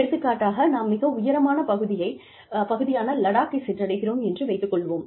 எடுத்துக்காட்டாக நாம் மிக உயரமான பகுதியான லடாக்கை சென்றடைகிறோம் என்று வைத்துக் கொள்வோம்